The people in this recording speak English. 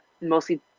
mostly